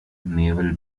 naval